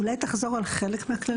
אולי תחזור על חלק מהקללות?